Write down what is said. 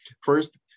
First